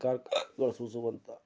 ಕಾರ್ಖಾ ಗಳ್ ಸೂಸುವಂಥ